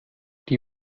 die